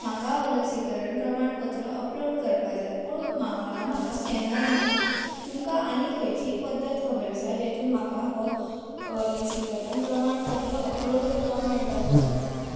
म्हाका हो लसीकरण पत्र अपलॉड करपाक जाय पूण हांगा म्हाका स्कॅनर मेळना तुमकां आनी खंयचीय पद्दत खबर आसा जेतून म्हाका हो लसीकरण प्रमाणपत्र अपलॉड करपाक मेळटलो